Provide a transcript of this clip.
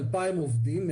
2,000 עובדים,